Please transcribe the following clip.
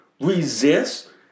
resist